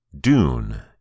Dune